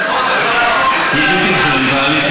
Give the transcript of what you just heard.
לא, לא, זה בלתי אפשרי.